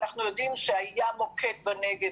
ואנחנו יודעים שהיה מוקד בנגב,